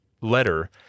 letter